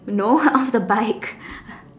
no off the bike